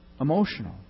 emotional